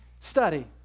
study